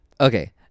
Okay